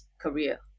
career